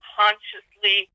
consciously